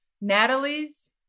Natalie's